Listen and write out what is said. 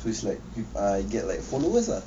so it's like peop~ I get like followers ah